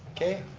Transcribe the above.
okay,